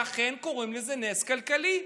ואכן קוראים לזה נס כלכלי.